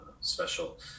special